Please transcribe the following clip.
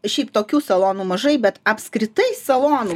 šiaip tokių salonų mažai bet apskritai salonų